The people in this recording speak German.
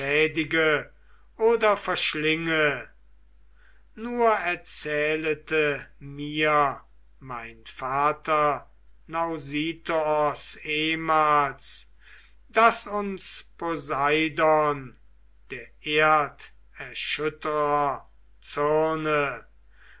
oder verschlinge nur erzählete mir mein vater nausithoos ehmals daß uns poseidaon der erderschütterer zürne